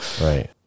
right